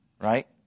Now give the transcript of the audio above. right